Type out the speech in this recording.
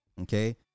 okay